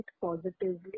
positively